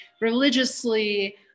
religiously